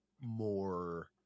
more